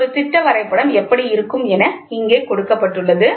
ஒரு திட்ட வரைபடம் எப்படி இருக்கும் என இங்கே கொடுக்கப்பட்டுள்ளது